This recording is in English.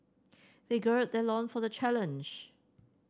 they gird their loin for the challenge